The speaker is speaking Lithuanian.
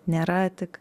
nėra tik